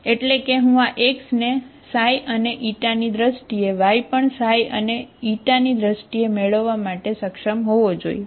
એટલે કે હું આ x ને ξ અને η ની દ્રષ્ટિએ y પણ ξ અને η ની દ્રષ્ટિએ મેળવવા માટે સક્ષમ હોવો જોઈએ